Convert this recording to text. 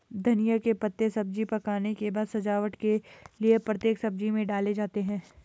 धनिया के पत्ते सब्जी पकने के बाद सजावट के लिए प्रत्येक सब्जी में डाले जाते हैं